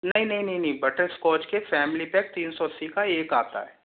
नहीं नहीं नहीं नहीं बटरस्कॉच के फ़ैमिली पैक तीन सौ अस्सी का एक आता है